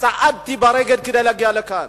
צעדתי ברגל כדי להגיע לכאן.